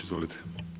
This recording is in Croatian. Izvolite.